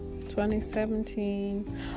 2017